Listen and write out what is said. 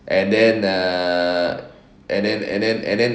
and then err and then and then and then